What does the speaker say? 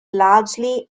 largely